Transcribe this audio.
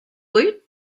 woot